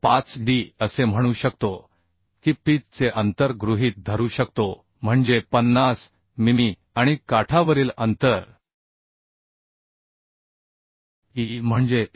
5d असे म्हणू शकतो की पिच चे अंतर गृहीत धरू शकतो म्हणजे 50 मिमी आणि काठावरील अंतर e म्हणजे 1